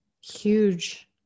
huge